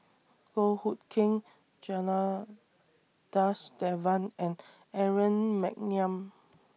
Goh Hood Keng Janadas Devan and Aaron Maniam